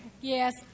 Yes